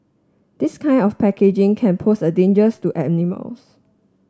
this kind of packaging can pose a dangers to animals